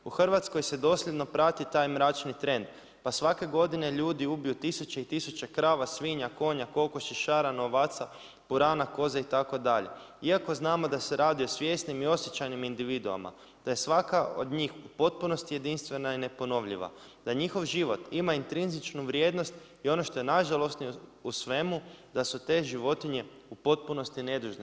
U Hrvatskoj se dosljedno prati taj mračni trend pa svake godine ljudi ubiju tisuće i tisuće krava, svinja, konja, kokoši, šarana, ovaca, purana, koza itd. iako znamo da se radi o svjesnim i osjećajnim individuama, da je svaka od njih u potpunosti jedinstvena i neponovljiva, da njihov život ima intrinzičnu i ono što je najžalosnije u svemu, da su te životinje u potpunosti nedužne.